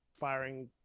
firing